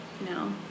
No